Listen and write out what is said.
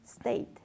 state